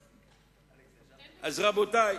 תן דוגמה,